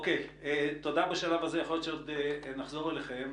תודה בשלב הזה, יכול להיות שעוד נחזור אליכם.